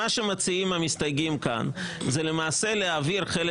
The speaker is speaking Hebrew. מה שמציעים המסתייגים כאן זה למעשה להעביר חלק